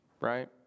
right